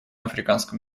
африканском